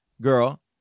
girl